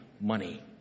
money